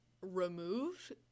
removed